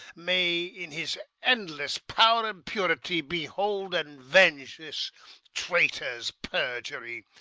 may, in his endless power and purity, behold and venge this traitor's perjury!